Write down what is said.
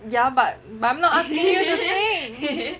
ya but but I am not asking you to sing